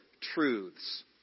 truths